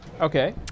Okay